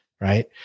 Right